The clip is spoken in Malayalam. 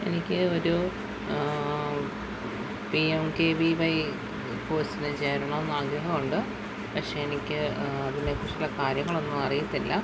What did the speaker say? എനിക്ക് ഒരു P M K V Y കോഴ്സിനു ചേരണം എന്നു ആഗ്രഹമുണ്ട് പക്ഷേ എനിക്ക് അതിനെക്കുറിച്ചുള്ള കാര്യങ്ങളൊന്നും അറിയത്തില്ല